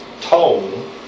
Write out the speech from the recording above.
tone